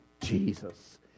Jesus